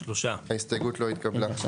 3 נמנעים, 0 ההסתייגות לא התקבלה.